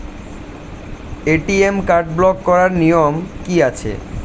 ATM card block করার নিয়ম কি আছে?